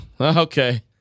okay